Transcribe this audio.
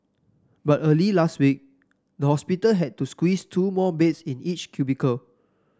but early last week the hospital had to squeeze two more beds in each cubicle